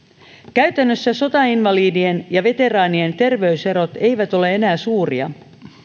käytännössä sotainvalidien ja veteraanien terveyserot eivät ole enää suuria